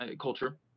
culture